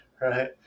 right